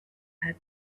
had